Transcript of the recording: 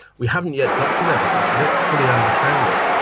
we haven't yet documented that, we don't fully understand it,